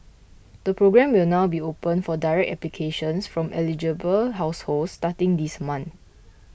the programme will now be open for direct applications from eligible households starting this month